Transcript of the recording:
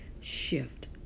Shift